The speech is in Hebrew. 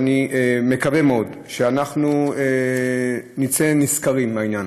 ואני מקווה מאוד שאנחנו נצא נשכרים מהעניין.